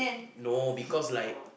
no because like